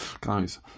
guys